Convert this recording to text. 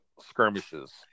skirmishes